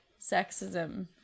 sexism